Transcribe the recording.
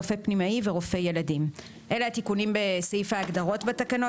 רופא פנימאי ורופא ילדים."" אלה הם התיקונים בסעיף ההגדרות בתקנות.